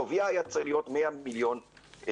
שוויה היה צריך להיות 100 מיליון שקלים,